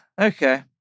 Okay